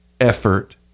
effort